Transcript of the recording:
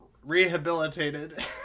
rehabilitated